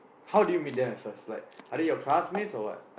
how do you meet they first like are they your classmates or what